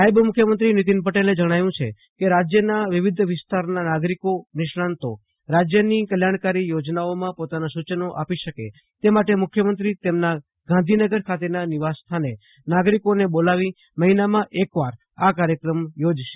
નાયબ મુખ્યમંત્રી નીતિન પટેલે જજ્ઞાવ્યું કે રાજ્યના વિવિધ વિસ્તારના નાગરિકોનિષ્ણાંતો રાજ્યની કલ્યાજ્યકારી યોજનાઓમાં પોતાના સૂચનો આપી શકે તે માટે મુખ્યમંત્રીશ્રી તેમના ગાંધીનગર ખાતેના નિક્વાસસ્થાને નાગરિકોને બોલાવી મહિનામાં એકવાર આ કાર્યક્રમ યોજશે